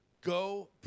Go